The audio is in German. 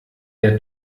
der